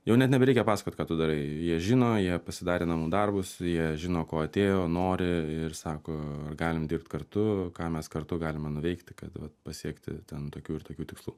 jau net nebereikia pasakot ką tu darai jie žino jie pasidarė namų darbus jie žino ko atėjo nori ir sako galim dirbt kartu ką mes kartu galime nuveikti kad vat pasiekti ten tokių ir tokių tikslų